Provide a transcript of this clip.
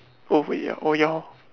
over already oh ya hor